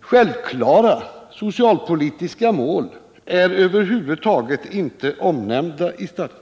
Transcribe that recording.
självklara socialpolitiska mål är över huvud taget inte omnämnda i stadgan.